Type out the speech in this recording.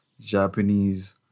Japanese